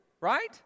right